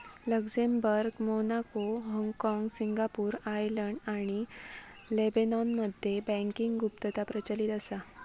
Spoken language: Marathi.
लक्झेंबर्ग, मोनाको, हाँगकाँग, सिंगापूर, आर्यलंड आणि लेबनॉनमध्ये बँकिंग गुप्तता प्रचलित असा